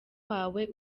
wawe